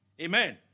amen